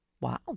Wow